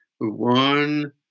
one